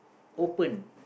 open